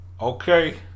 Okay